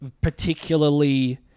particularly